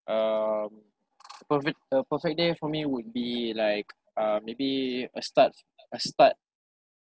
um a perfect a perfect day for me would be like uh maybe a start a start